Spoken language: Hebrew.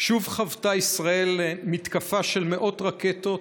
שוב חוותה ישראל מתקפה של מאות רקטות